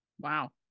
Wow